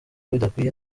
bidakwiye